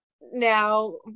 now